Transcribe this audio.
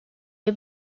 les